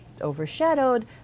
overshadowed